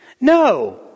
No